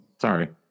Sorry